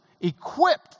equipped